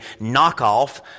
knockoff